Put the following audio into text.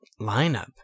lineup